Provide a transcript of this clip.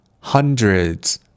hundreds